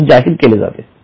म्हणून जाहीर केली जाते